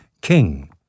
King